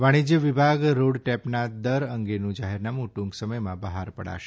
વાણિજ્ય વિભાગ રોડટેપના દર અંગેનું જાહેરનામું ટૂંક સમયમાં બહાર પાડશે